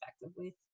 effectively